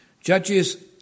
Judges